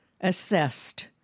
assessed